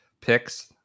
picks